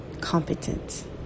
competent